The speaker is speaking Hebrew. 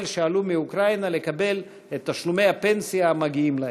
שעלו מאוקראינה יקבלו את תשלומי הפנסיה המגיעים להם.